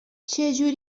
چهجوری